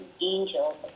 angels